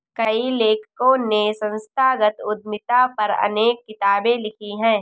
कई लेखकों ने संस्थागत उद्यमिता पर अनेक किताबे लिखी है